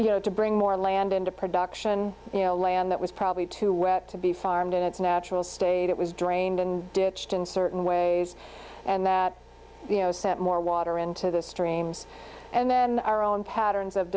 you know to bring more land into production you know land that was probably too wet to be farmed in its natural state it was drained and ditched in certain ways and that you know sent more water into the streams and then our own patterns of